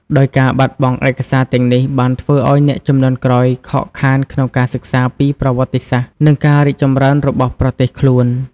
ដោយការបាត់បង់ឯកសារទាំងនេះបានធ្វើឲ្យអ្នកជំនាន់ក្រោយខកខានក្នុងការសិក្សាពីប្រវត្តិសាស្ត្រ និងការរីកចម្រើនរបស់ប្រទេសខ្លួន។